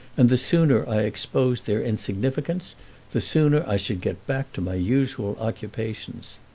and the sooner i exposed their insignificance the sooner i should get back to my usual occupations.